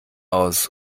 aus